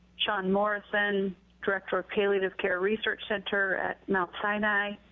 sean morson, director of palliative care research center at mount sinai,